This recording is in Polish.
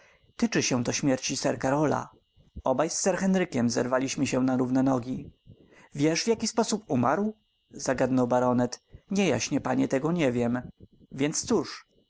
tyczy się to śmierci sir karola obaj z sir henrykiem zerwaliśmy się na równe nogi wiesz w jaki sposób umarł zagadnął baronet nie jaśnie panie tego nie wiem więc cóż